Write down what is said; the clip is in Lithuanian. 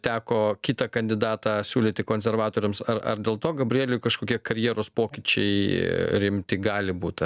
teko kitą kandidatą siūlyti konservatoriams ar ar dėl to gabrieliui kažkokie karjeros pokyčiai rimti gali būt